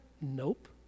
Nope